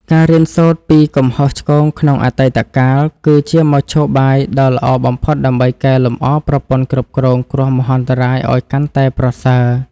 ការរៀនសូត្រពីកំហុសឆ្គងក្នុងអតីតកាល គឺជាមធ្យោបាយដ៏ល្អបំផុតដើម្បីកែលម្អប្រព័ន្ធគ្រប់គ្រងគ្រោះមហន្តរាយឱ្យកាន់តែប្រសើរ។